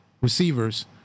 receivers